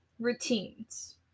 routines